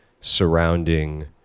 surrounding